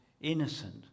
innocent